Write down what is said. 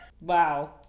Wow